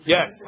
Yes